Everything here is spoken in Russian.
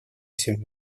всем